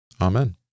Amen